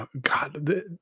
God